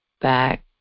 back